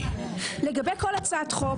לגבי כל הצעת חוק,